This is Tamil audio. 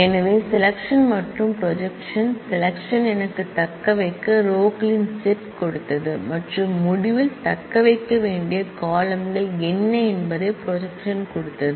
எனவே செலெக்சன் மற்றும் ப்ரொஜெக்க்ஷன் செலெக்சன் ரோகளின் செட் கொடுத்தது மற்றும் முடிவில் காலம்ன்கள் என்ன என்பதைத் ப்ரொஜெக்க்ஷன் கொடுத்தது